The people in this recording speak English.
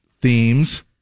themes